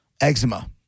eczema